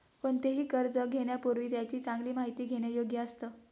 कोणतेही कर्ज घेण्यापूर्वी त्याची चांगली माहिती घेणे योग्य असतं